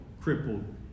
crippled